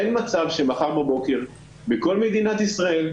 אין מצב שמחר בבוקר בכל מדינת ישראל,